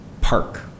park